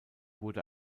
wurde